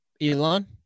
Elon